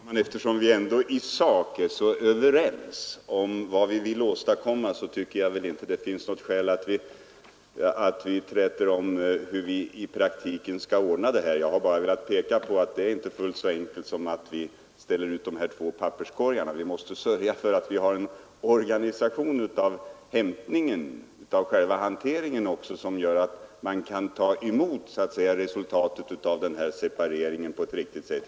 Herr talman! Eftersom vi ändå i sak är överens om vad vi vill åstadkomma, tycker jag inte det finns något skäl att träta om hur vi i praktiken skall ordna detta. Jag har bara velat peka på att det inte är fullt så enkelt som att vi ställer ut de här två papperskorgarna. Vi måste sörja för att vi har en organisation av hämtningen och själva hanteringen som gör att man kan ta emot resultatet av denna separering på ett riktigt sätt.